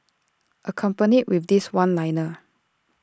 accompanied with this one liner